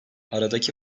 aradaki